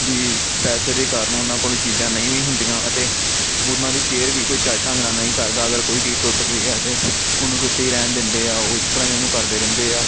ਵੀ ਪੈਸੇ ਦੇ ਕਾਰਨ ਉਨ੍ਹਾਂ ਕੋਲ ਚੀਜ਼ਾਂ ਨਹੀਂ ਵੀ ਹੁੰਦੀਆਂ ਅਤੇ ਉਨ੍ਹਾਂ ਦੀ ਕੇਅਰ ਵੀ ਕੋਈ ਚੱਜ ਢੰਗ ਨਾਲ ਨਹੀਂ ਕਰਦਾ ਅਗਰ ਕੋਈ ਚੀਜ਼ ਟੁੱਟ ਗਈ ਹੈ ਤਾਂ ਉਹਨੂੰ ਟੁੱਟੀ ਹੀ ਰਹਿਣ ਦਿੰਦੇ ਆ ਉਸ ਤਰ੍ਹਾਂ ਹੀ ਉਹਨੂੰ ਕਰਦੇ ਰਹਿੰਦੇ ਹਾਂ